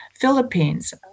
Philippines